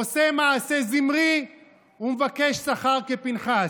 עושה מעשה זמרי ומבקש שכר כפנחס.